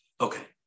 Okay